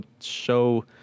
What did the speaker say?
show